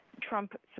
trump